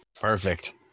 Perfect